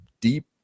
deep